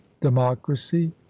democracy